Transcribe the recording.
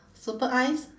super eyes